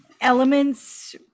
elements